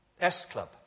S-club